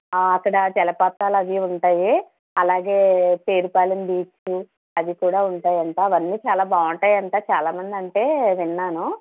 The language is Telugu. అక్కడ జలపాతాలు అవి ఉంటాయి అలాగే పేరుపాలెం బీచ్చు అవి కూడా ఉంటాయంట అవన్నీ చాలా బాగుంటాయంటా చాలామంది అంటే విన్నాను